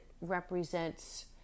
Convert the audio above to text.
represents